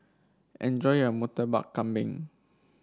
enjoy your Murtabak Kambing